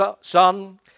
son